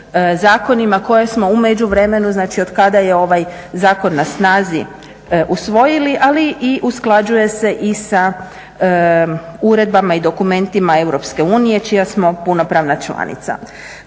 koje smo u međuvremenu od kada je ovaj zakon na snazi usvojili, ali usklađuje se i sa uredbama i dokumentima EU čija smo punopravna članica.